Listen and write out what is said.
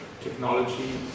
technology